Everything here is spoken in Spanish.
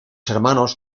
hermanos